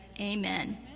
amen